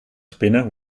spinnen